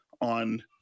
on